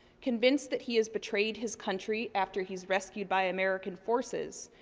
convinced that he has betrayed his country after he's rescued by american forces,